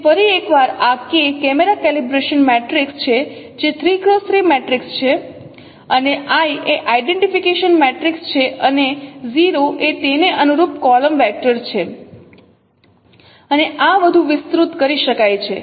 તેથી ફરી એક વખત આ K કેમેરા કેલિબ્રેશન મેટ્રિક્સ છે જે 3 x 3 મેટ્રિક્સ છે અને I એક આઇડેન્ટિફિકેશન મેટ્રિક્સ છે અને 0 એ તેને અનુરૂપ કોલમ વેક્ટર છે અને આ વધુ વિસ્તૃત કરી શકાય છે